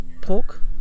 pork